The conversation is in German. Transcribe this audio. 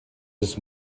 des